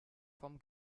vom